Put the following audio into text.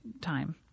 time